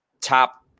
top